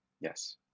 Yes